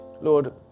Lord